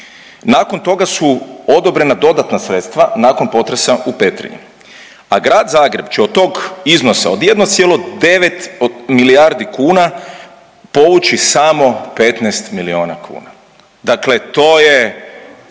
Nakon toga su odobrena dodatna sredstva nakon potresa u Petrinji, a Grad Zagreb će od tog iznosa, od 1,9 milijardi kuna povući samo 15 milijuna kuna. Dakle to je 5,